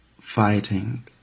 fighting